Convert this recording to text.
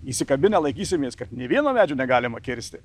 įsikabinę laikysimės kad nė vieno medžio negalima kirsti